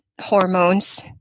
hormones